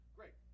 Great